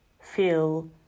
feel